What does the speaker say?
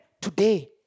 today